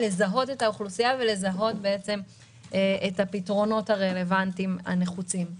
לזהות את האוכלוסייה ולזהות את הפתרונות הרלוונטיים הנחוצים.